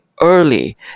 early